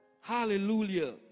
Hallelujah